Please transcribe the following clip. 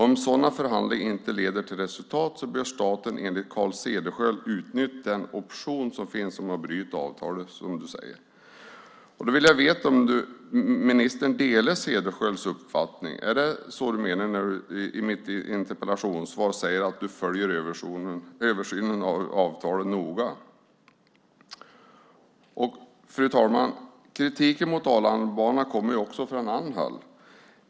Om sådana förhandlingar inte leder till resultat bör staten utnyttja den option om att avbryta avtalet som föreligger." Därför vill jag veta om ministern delar Cederschiölds uppfattning. Är det så ministern menar när hon i interpellationssvaret säger att hon följer översynen av avtalet noga? Fru talman! Kritiken mot Arlandabanan kommer också från andra håll.